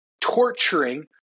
torturing